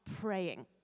praying